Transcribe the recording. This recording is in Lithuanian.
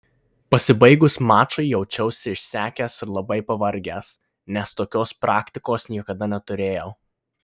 pasibaigus mačui jaučiausi išsekęs ir labai pavargęs nes tokios praktikos niekada neturėjau